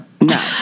No